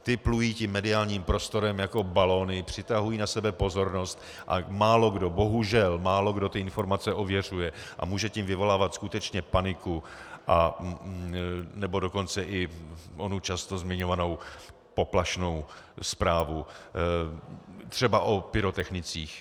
Ty plují mediálním prostorem jako balony, přitahují na sebe pozornost a málokdo, bohužel, málokdo ty informace ověřuje a může tím vyvolávat skutečně paniku, nebo dokonce i onu často zmiňovanou poplašnou zprávu třeba o pyrotechnicích.